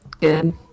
good